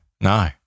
no